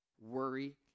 worry